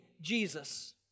Jesus